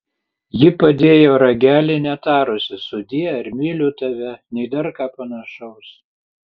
ji padėjo ragelį netarusi sudie ar myliu tave nei dar ką panašaus